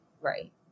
Right